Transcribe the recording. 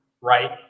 right